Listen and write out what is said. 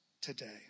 today